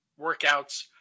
workouts